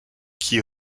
qui